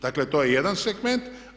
Dakle to je jedan segment.